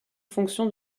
fonction